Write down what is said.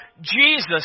Jesus